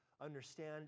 understand